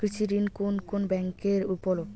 কৃষি ঋণ কোন কোন ব্যাংকে উপলব্ধ?